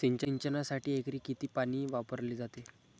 सिंचनासाठी एकरी किती पाणी वापरले जाते?